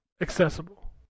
accessible